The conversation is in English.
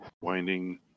winding